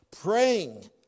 Praying